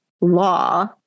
law